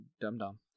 dum-dum